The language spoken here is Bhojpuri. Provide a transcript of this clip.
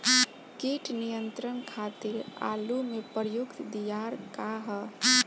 कीट नियंत्रण खातिर आलू में प्रयुक्त दियार का ह?